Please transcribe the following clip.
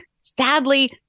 sadly